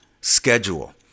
schedule